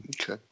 Okay